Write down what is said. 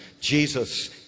Jesus